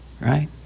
Right